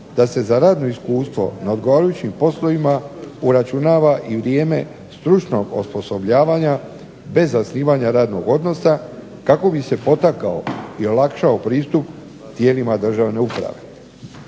da se za radno iskustvo na odgovarajućim poslovima uračunava i vrijeme stručnog osposobljavanja bez zasnivanja radnog odnosa kako bi se potakao i olakšao pristup tijelima državne uprave.